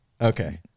Okay